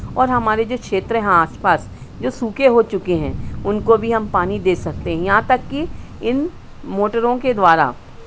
और हमारे जो क्षेत्र हैं आस पास जो सूखे हो चुके हैं उनको भी हम पानी दे सकते हैं यहाँ तक कि इन मोटरों के द्वारा